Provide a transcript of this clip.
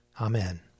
Amen